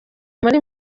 muri